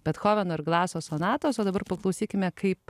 bethoveno ir glaso sonatos o dabar paklausykime kaip